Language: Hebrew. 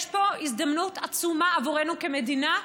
יש פה הזדמנות עצומה עבורנו כמדינה,